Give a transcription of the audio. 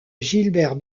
gilbert